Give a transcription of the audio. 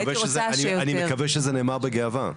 אני מקווה שזה נאמר בגאווה.